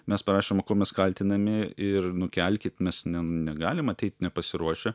mes parašom o kuo mes kaltinami ir nukelkit mes ne negalim ateit nepasiruošę